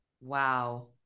Wow